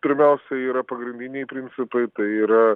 pirmiausia yra pagrindiniai principai tai yra